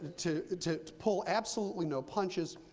to pull absolutely no punches,